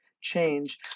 change